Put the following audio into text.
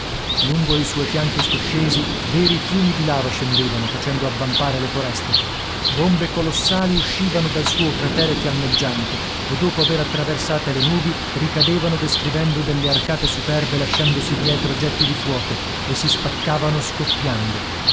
lungo i suoi fianchi scoscesi veri fiumi di lava scendevano facendo avvampare le foreste bombe colossali uscivano dal suo cratere fiammeggiante e dopo aver attraversate le nubi ricadevano descrivendo delle arcate superbe lasciandosi dietro getti di fuoco e si spaccavano scoppiando